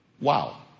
Wow